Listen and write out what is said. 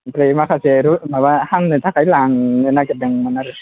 ओमफ्राय माखासे माबा हांनो थाखाय लांनो नागेरदोंमोन आरो